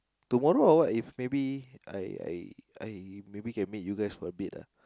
tomorrow or what if maybe I I I maybe can meet you guys for a bit lah